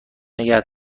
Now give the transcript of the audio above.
نگه